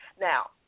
Now